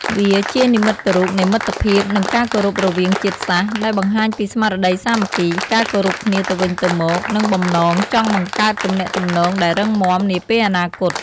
វាជានិមិត្តរូបនៃមិត្តភាព និងការគោរពរវាងជាតិសាសន៍ ដែលបង្ហាញពីស្មារតីសាមគ្គី ការគោរពគ្នាទៅវិញទៅមក និងបំណងចង់បង្កើតទំនាក់ទំនងដែលរឹងមាំនាពេលអនាគត។